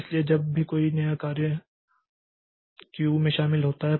इसलिए जब भी कोई नया कार्य क्यू में शामिल होता है